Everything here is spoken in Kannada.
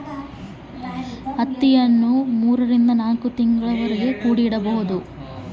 ಹತ್ತಿಯನ್ನು ಎಷ್ಟು ದಿನ ಕೂಡಿ ಇಡಬಹುದು?